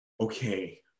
okay